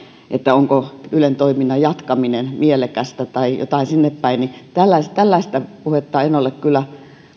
onko ylen toiminnan jatkaminen mielekästä tai jotain sinnepäin tällaista tällaista puhetta en ole kyllä